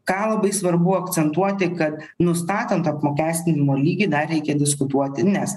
ką labai svarbu akcentuoti kad nustatant apmokestinimo lygį dar reikia diskutuoti nes